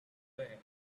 away